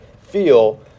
feel